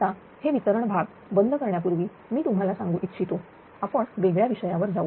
आता हे वितरण भाग बंद करण्यापूर्वी मी तुम्हाला सांगू इच्छितो आपण वेगळ्या विषयावर जाऊ